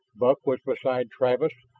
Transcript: buck was beside travis,